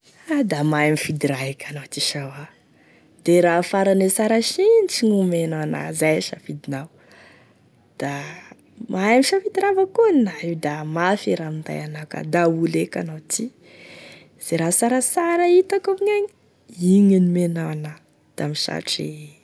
Ah da mahay mifidy raha eky anao ty sa hoa, de raha farane sara sinitry gn'omenao ana, zay e safidinao, da mahay misafidy raha avao koan' anao io da mafy e raha minday anao ka da olo eky anao ty, ze raha sarasara hitako amignegny iny e nomenao ana, da misaotry e.